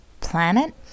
planet